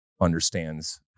understands